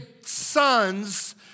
sons